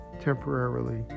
Temporarily